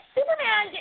Superman